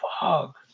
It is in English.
fuck